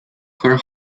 her